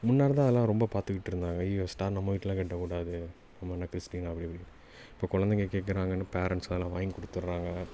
முன்னாடி தான் அதல்லாம் ரொம்பப் பார்த்துக்கிட்ருந்தாங்க ஐயையோ ஸ்டார் நம்ம வீட்டில் கட்டக்கூடாது நம்ம என்ன கிறிஸ்டினா அப்படி இப்படி இப்போ கொழந்தைங்க கேட்குறாங்கன்னு பேரண்ட்ஸ் அதல்லாம் வாங்கிக் கொடுத்தர்றாங்க